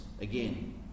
again